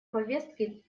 повестки